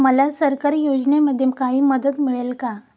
मला सरकारी योजनेमध्ये काही मदत मिळेल का?